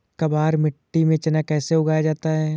काबर मिट्टी में चना कैसे उगाया जाता है?